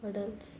what else